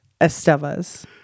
Estevas